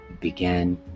began